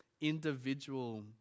individual